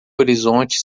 horizonte